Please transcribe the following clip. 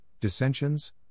dissensions